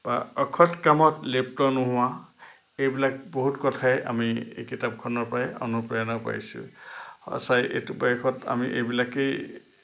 বা অসৎ কামত লিপ্ত নোহোৱা এইবিলাক বহুত কথাই আমি এই কিতাপখনৰ পৰাই অনুপ্ৰেৰণা পাইছোঁ সঁচাই এইটো বয়সত আমি এইবিলাকেই